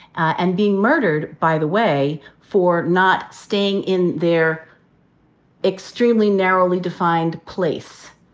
and being murdered, by the way, for not staying in their extremely narrowly defined place,